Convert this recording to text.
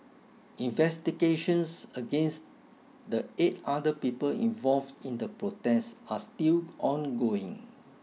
investigations against the eight other people involved in the protest are still ongoing